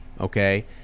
okay